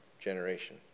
generation